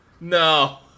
no